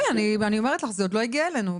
כן, אני אומרת לך זה עוד לא הגיע אלינו.